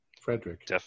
Frederick